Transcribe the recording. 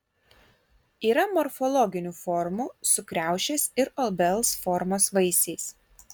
yra morfologinių formų su kriaušės ir obels formos vaisiais